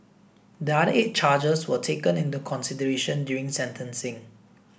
the other eight charges were taken into consideration during sentencing